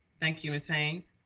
thank you, ms. haynes,